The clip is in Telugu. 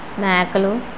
మేకలు